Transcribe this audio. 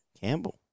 Campbell